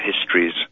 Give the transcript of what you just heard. histories